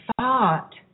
thought